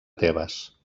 tebes